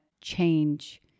change